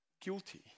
Guilty